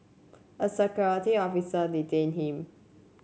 a security officer detained him